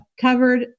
covered